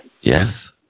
yes